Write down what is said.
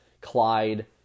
Clyde